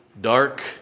Dark